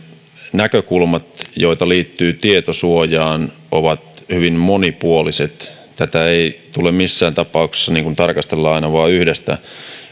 näkökulmat joita liittyy tietosuojaan ovat hyvin monipuoliset tätä ei tule missään tapauksessa tarkastella aina vain yhdestä